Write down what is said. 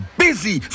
busy